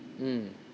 mm